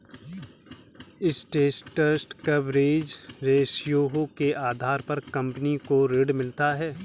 interest coverage ratio के आधार पर कंपनी को ऋण मिलता है